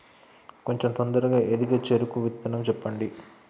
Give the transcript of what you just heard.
కొంచం తొందరగా ఎదిగే చెరుకు విత్తనం చెప్పండి?